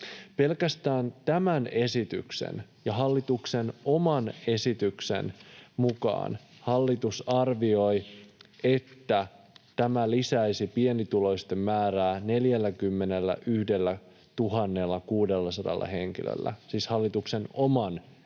Pelkästään tämän esityksen ja hallituksen oman esityksen mukaan hallitus arvioi, että tämä lisäisi pienituloisten määrää 41 600 henkilöllä — siis hallituksen oman esityksen